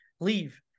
leave